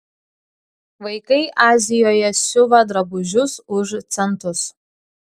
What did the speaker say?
vaikai azijoje siuva drabužius už centus